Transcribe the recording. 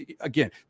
Again